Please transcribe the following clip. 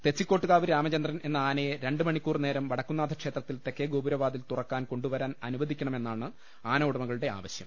തെച്ചി ക്കോട്ട്കാവ് രാമചന്ദ്രൻ എന്ന ആനയെ രണ്ട് മണിക്കൂർ നേരം വടക്കുംനാഥ ക്ഷേത്രത്തിൽ തെക്കെഗോപുരവാതിൽ തുറക്കാൻ കൊണ്ടുവരാൻ അനുവദിക്കണമെന്നാണ് ആന ഉടമകളുടെ ആവ ശ്യം